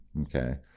Okay